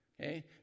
Okay